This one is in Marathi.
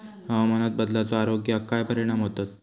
हवामान बदलाचो आरोग्याक काय परिणाम होतत?